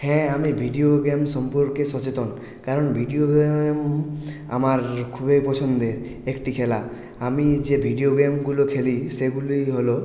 হ্যাঁ আমি video game সম্পর্কে সচেতন কারণ ভিডিও গেম আমার খুবই পছন্দের একটি খেলা আমি যে ভিডিও গেমগুলো খেলি সেগুলি হলো